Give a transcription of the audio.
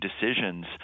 decisions